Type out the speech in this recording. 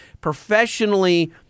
professionally